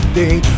day